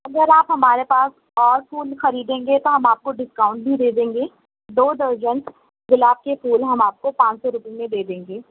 اگر آپ ہمارے پاس اور پھول خریدیں گے تو ہم آپ کو ڈسکاؤنٹ بھی دے دیں گے دو درجن گلاب کے پھول ہم آپ کو پانچ سو روپے میں دے دیں گے